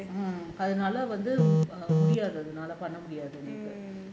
அதுனால வந்து முடியாது அதுனால பண்ண முடியாது உங்களுக்கு:athunaala vanthu mudiyaathu athunaala panna mudiyaathu ungalukku